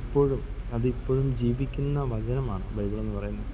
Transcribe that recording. എപ്പോഴും അതിപ്പോഴും ജീവിക്കുന്ന വചനമാണ് ബൈബിളെന്ന് പറയുന്നത്